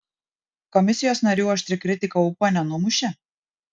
komisijos narių aštri kritika ūpo nenumušė